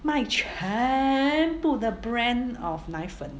卖全部的 brand of 奶粉